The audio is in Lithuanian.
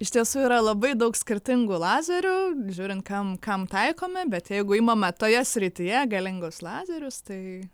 iš tiesų yra labai daug skirtingų lazerių žiūrint kam kam taikomi bet jeigu imame toje srityje galingus lazerius tai